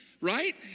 right